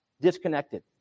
disconnected